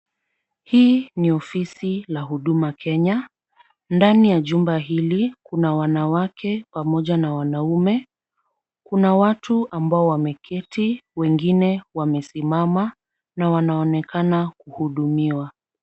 Hii ni ofisi la huduma Kenya. Ndani ya jumba hili kuna wanawake pamoja na wanaume. Kuna watu ambao wameketi wengine wamesimama na wanaonekana kuhudumiwa.